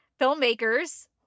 Filmmakers